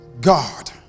God